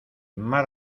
más